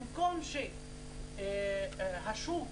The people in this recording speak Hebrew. במקום שהשוק